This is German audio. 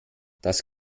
das